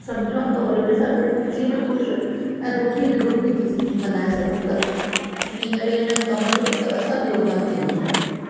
सम्झनि था वरी उन सां गॾु ख़ुशी में ख़ुशि ऐं दुखी में दुख बि थी मल्हाए सघूं था इन करे इन कम जो मतिलबु असां योगदान कयूं था